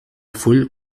full